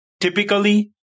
Typically